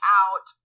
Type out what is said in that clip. out